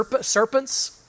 serpents